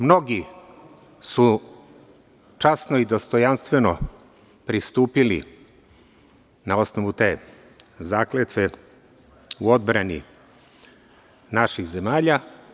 Mnogi su časno i dostojanstveno pristupili na osnovu te zakletve u odbrani naših zemalja.